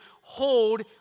hold